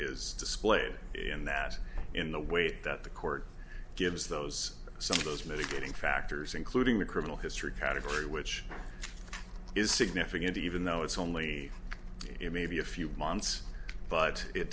is displayed in that in the weight that the court gives those are some of those mitigating factors including the criminal history category which is significant even though it's only in maybe a few months but it